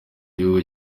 gihugu